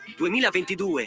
2022